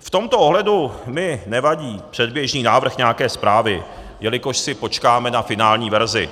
V tomto ohledu mi nevadí předběžný návrh nějaké zprávy, jelikož si počkáme na finální verzi,